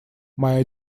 моя